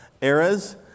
eras